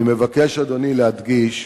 אני מבקש, אדוני, להדגיש,